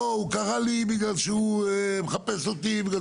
לא הוא קרא לי בגלל שהוא מחפש אותי בגלל